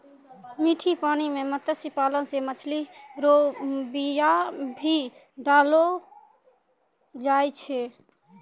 मीठा पानी मे मत्स्य पालन मे मछली रो बीया भी डाललो जाय छै